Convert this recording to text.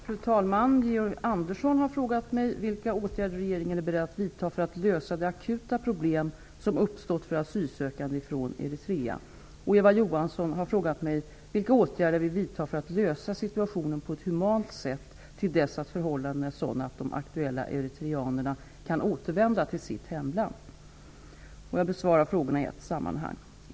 Fru talman! Georg Andersson har frågat mig vilka åtgärder regeringen är beredd att vidta för att lösa det akuta problem som har uppstått för asylsökande från Eritrea. Eva Johansson har frågat mig vilka åtgärder jag vill vidta för att lösa situationen på ett humant sätt till dess att förhållandena är sådana att de aktuella eritreanerna kan återvända till sitt hemland. Jag besvarar frågorna i ett sammanhang.